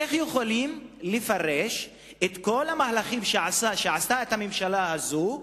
איך יכולים לפרש את כל המהלכים שעשתה את הממשלה הזאת?